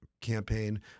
campaign